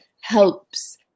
helps